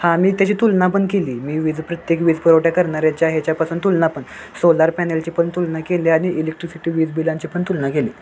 हां मी त्याची तुलना पण केली मी वीज प्रत्येक वीज पुरवठ्या करणारेच्या ह्याच्यापासून तुलना पण सोलार पॅनलची पण तुलना केली आणि इलेक्ट्रिसिटी वीज बिलांची पण तुलना केली